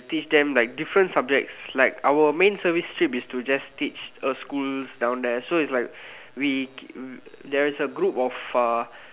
we teach them like different subjects like our main service trip is to just teach uh schools down there so is like we there is a group of a